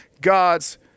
God's